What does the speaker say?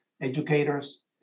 educators